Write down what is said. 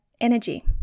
energy